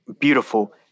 beautiful